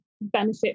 benefit